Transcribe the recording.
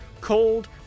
cold